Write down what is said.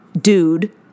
Dude